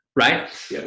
Right